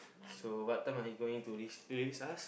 so what time are you going to re~ release us